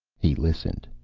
he listened,